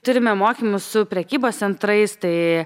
turime mokymus su prekybos centrais tai